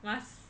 must